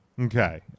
Okay